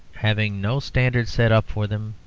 having no standard set up for them,